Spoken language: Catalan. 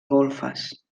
golfes